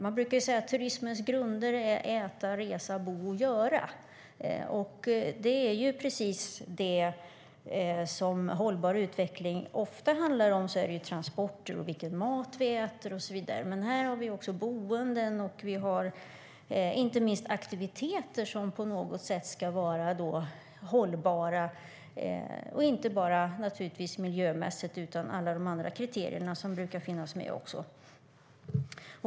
Man brukar säga att turismens grunder är att äta, resa, bo och göra. Det är precis detta som hållbar utveckling ofta handlar om. Det är transporter, vilken mat vi äter och så vidare, men vi har också boenden och inte minst aktiviteter som ska vara hållbara. Det gäller inte bara miljömässigt utan även alla de andra kriterier som brukar finnas med.